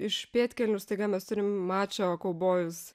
iš pėdkelnių staiga mes turim mačo kaubojus